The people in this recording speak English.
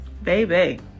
Baby